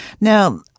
Now